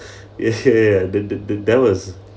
ya ya ya t~ t~ t~ that was